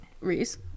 Reese